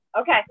Okay